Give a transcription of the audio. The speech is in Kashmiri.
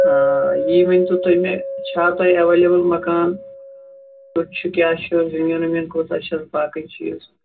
آ یی ؤنۍ تو تُہۍ مےٚ چھا تۄہہِ ایویلیبٕل مکان کیُتھ چھُ کیاہ چھُ زٔمیٖن ؤمیٖن کوٗتاہ چھُ باقٕے چیٖز